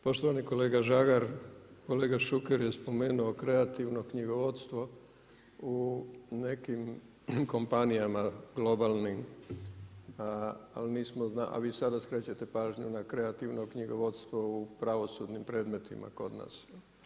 Poštovani kolega Žagar, kolega Šuker je spomenuo kreativno knjigovodstvo u nekim kompanijama, globalnim, a vi sada skrećete pažnju na kreativno knjigovodstvo na pravosudnim predmetima kod nas.